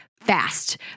fast